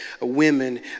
women